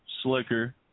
slicker